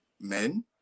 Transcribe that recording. men